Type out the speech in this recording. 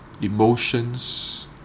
emotions